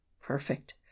perfect